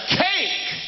cake